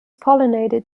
pollinated